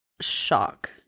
shock